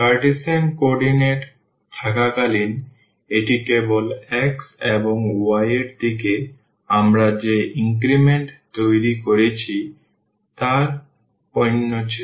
Cartesian coordinate থাকাকালীন এটি কেবল x এবং y এর দিকে আমরা যে ইনক্রিমেন্ট তৈরি করেছি তার পণ্য ছিল